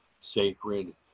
sacred